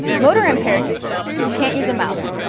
motor-impaired users, who can't use a mouse,